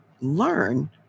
learn